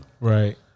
Right